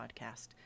podcast